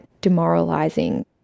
Demoralizing